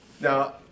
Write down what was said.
Now